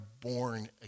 born